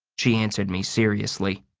she answered me seriously.